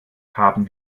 haben